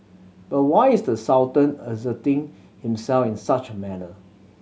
but why is the Sultan asserting himself in such a manner